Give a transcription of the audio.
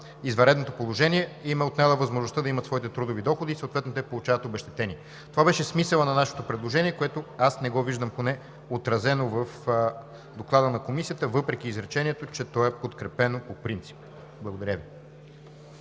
извънредното положение, им е отнела възможността да имат своите трудови доходи, съответно, те получават обезщетение. Това беше смисълът на нашето предложение, което поне аз не виждам отразено в Доклада на Комисията, въпреки изречението, че то е подкрепено по принцип. Благодаря Ви.